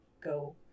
go